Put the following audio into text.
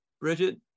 Bridget